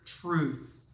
truth